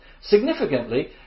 Significantly